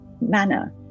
manner